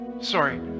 Sorry